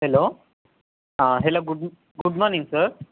hello ಹಾಂ hello good morning sir